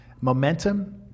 momentum